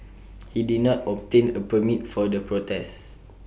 he did not obtain A permit for the protests